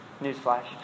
Newsflash